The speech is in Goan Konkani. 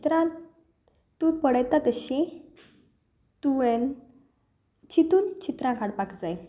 चित्रां तूं पळयता तशीं तुवें चितून चित्रां काडपाक जाय